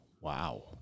Wow